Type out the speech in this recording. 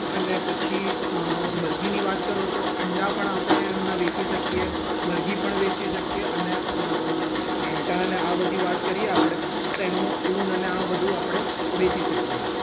અને પછી મરઘીની વાત કરો તો અંડા પણ આપણે એમનાં વેચી શકીએ મરઘી પણ વેચી શકીએ અને ઘેટાંને આ બધી વાત કરીએ આપણે તો એમનો ઉન અને આ બધું આપણે વેચી શકીએ